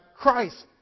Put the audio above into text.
Christ